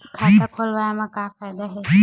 खाता खोलवाए मा का फायदा हे